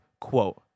quote